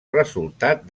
resultat